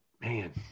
Man